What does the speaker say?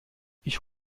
ich